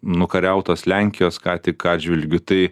nukariautos lenkijos ką tik atžvilgiu tai